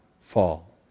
fall